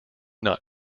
not